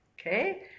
okay